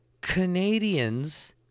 Canadians